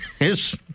Yes